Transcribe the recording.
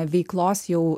veiklos jau